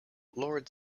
lord